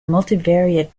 multivariate